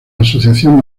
asociación